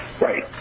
Right